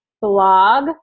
blog